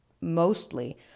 mostly